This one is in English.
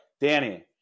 Danny